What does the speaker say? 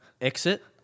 Exit